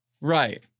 Right